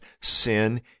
sin